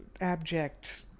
abject